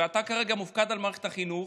ואתה כרגע מופקד על מערכת החינוך,